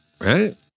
right